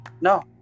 No